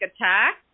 attack